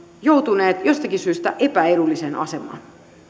joutuneet jostakin syystä epäedulliseen asemaan